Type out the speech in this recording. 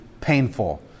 painful